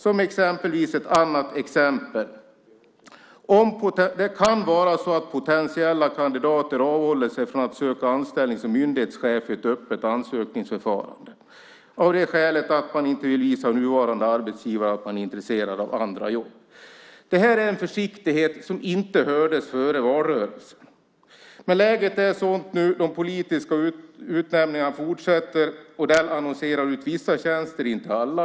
Jag ska ge ett annat exempel: Det kan vara så att potentiella kandidater avhåller sig från att söka anställning som myndighetschef i ett öppet ansökningsförfarande av det skälet att man inte vill visa sin nuvarande arbetsgivare att man är intresserad av andra jobb. Detta är en försiktighet som inte hördes före valrörelsen. Men läget är nu sådant att de politiska utnämningarna fortsätter. Man utannonserar vissa tjänster, men inte alla.